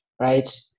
right